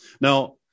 Now